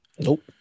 Nope